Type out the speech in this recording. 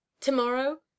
tomorrow